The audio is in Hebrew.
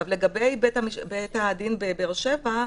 לגבי בית הדין בבאר שבע,